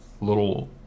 little